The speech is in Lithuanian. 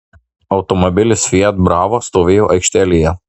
automobilis fiat bravo stovėjo aikštelėje